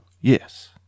Yes